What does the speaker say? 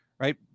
right